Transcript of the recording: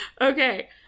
Okay